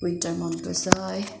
winter मनपर्छ है